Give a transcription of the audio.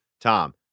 Tom